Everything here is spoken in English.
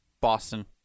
Boston